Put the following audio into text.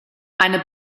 eine